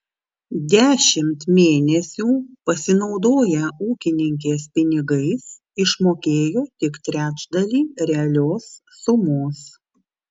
dešimt mėnesių pasinaudoję ūkininkės pinigais išmokėjo tik trečdalį realios sumos